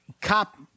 cop